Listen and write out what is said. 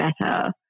better